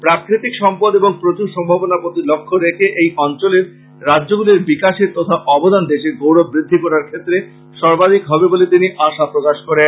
প্রাকৃতিক সম্পদ এবং প্রচুর সম্ভাবনার প্রতি লক্ষ্য রেখে এই অঞ্চলের রাজ্যগুলির বিকাশের তথা অবদান দেশের গৌরব বৃদ্ধি করার ক্ষেত্রে সর্বাধিক হবে বলে তিনি আশা প্রকাশ করেন